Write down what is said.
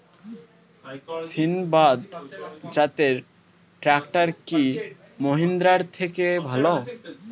সিণবাদ জাতের ট্রাকটার কি মহিন্দ্রার থেকে ভালো?